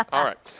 all right.